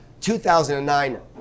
2009